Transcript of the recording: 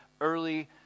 early